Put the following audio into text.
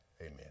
Amen